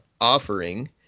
offering